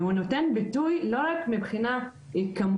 והוא נותן ביטוי לא רק מבחינה כמותית,